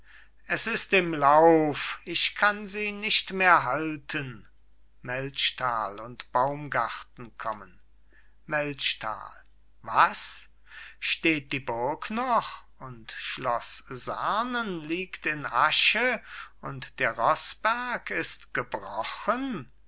es ist im lauf ich kann sie nicht mehr halten melchtal und baumgarten kommen melchtal was steht die burg noch und schloss sarnen liegt in asche und der rossberg ist gebrochen